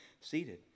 seated